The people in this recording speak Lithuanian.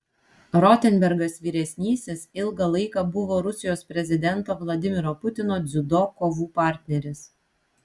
rotenbergas vyresnysis ilgą laiką buvo rusijos prezidento vladimiro putino dziudo kovų partneris